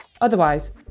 Otherwise